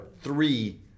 three